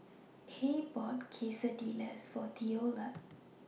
Hays bought Quesadillas For Theola